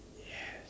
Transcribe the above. yes